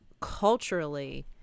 culturally